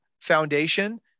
foundation